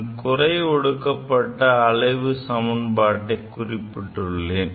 நான் குறை ஒடுக்கப்பட்ட அலைவுக்கான சமன்பாட்டை குறிப்பிட்டுள்ளேன்